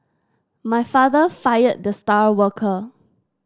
my father fired the star worker